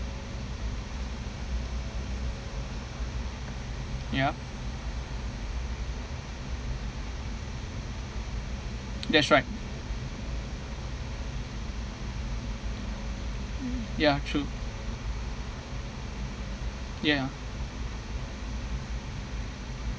ya that's right ya true ya